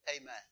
amen